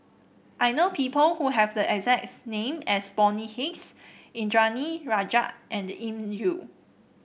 I know people who have the exact name as Bonny Hicks Indranee Rajah and Elim Chew